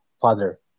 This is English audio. father